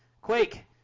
Quake